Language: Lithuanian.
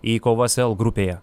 į kovas l grupėje